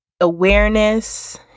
awareness